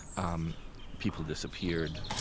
um people disappeared.